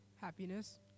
Happiness